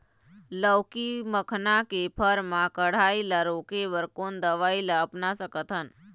लाउकी मखना के फर मा कढ़ाई ला रोके बर कोन दवई ला अपना सकथन?